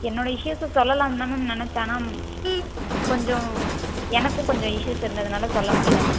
என்னோடய இஷ்யூஸை சொல்லலாம் தான் மேம் நினைச்சேன் ஆனால் கொஞ்சம் எனக்கும் கொஞ்சம் இஷ்யூஸ் இருந்ததுனால் சொல்ல முடியலை மேம்